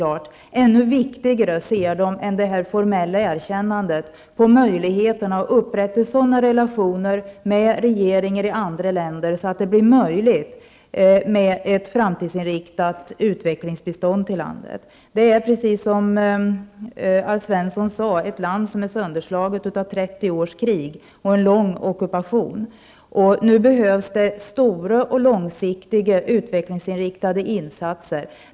Men ännu viktigare än det formella erkännandet -- och det var också fullständigt klart -- är möjligheterna att upprätta sådana relationer med regeringar i andra länder att det blir möjligt med ett framtidsinriktat utvecklingsbistånd till landet. Det är, precis som Alf Svensson sade, ett land som är sönderslaget av 30 års krig och en lång ockupation. Nu behövs stora och långsiktiga utvecklingsinriktade insatser.